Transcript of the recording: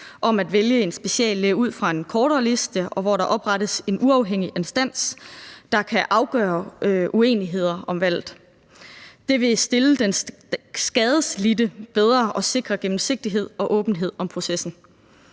om at vælge en speciallæge ud fra en kortere liste, og hvor der oprettes en uafhængig instans, der kan afgøre uenigheder om valget. Det vil stille den skadelidte bedre og sikre gennemsigtighed og åbenhed om processen.